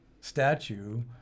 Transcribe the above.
statue